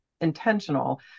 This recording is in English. intentional